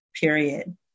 period